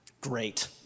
Great